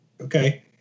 okay